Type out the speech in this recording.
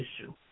issue